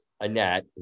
Annette